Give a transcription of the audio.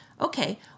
Okay